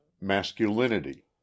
masculinity